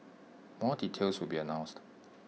more details will be announced